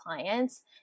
clients